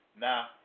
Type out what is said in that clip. Now